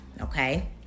okay